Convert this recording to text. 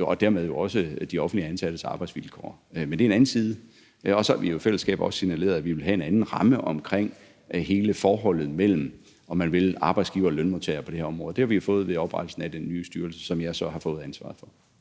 og dermed også de offentligt ansattes arbejdsvilkår. Men det er en anden side. Og så har vi i fællesskab også signaleret, at vi vil have en anden ramme omkring hele forholdet mellem, om man vil, arbejdsgivere og lønmodtagere på det her område. Det har vi jo fået ved oprettelsen af den nye styrelse, som jeg så har fået ansvaret for.